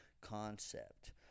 concept